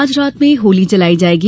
आज रात में होली जलाई जायेगी